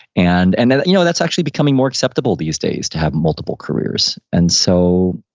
and and you know that's actually becoming more acceptable these days, to have multiple careers and so,